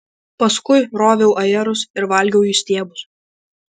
paskui roviau ajerus ir valgiau jų stiebus